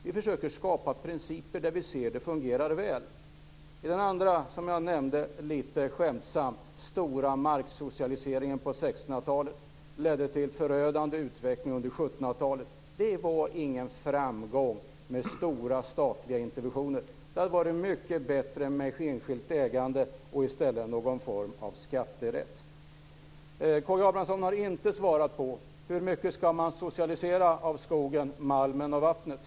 Vi försöker att skapa principer där vi ser att det fungerar väl. Jag nämnde lite skämtsamt den stora marksocialiseringen på 1600-talet. Den ledde till en förödande utveckling under 1700-talet. Det var ingen framgång för stora statliga interventioner. Det hade varit mycket bättre med enskilt ägande och i stället någon form av skatterätt. K G Abrahamsson har inte svarat på frågan hur mycket man ska socialisera av skogen, malmen och vattnet.